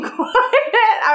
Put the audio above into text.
quiet